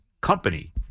Company